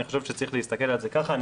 אני חושב שצריך להסתכל על זה ככה.